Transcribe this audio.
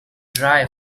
dry